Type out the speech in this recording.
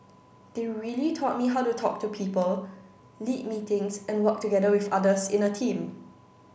they really taught me how to talk to people lead meetings and work together with others in a team